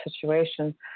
situation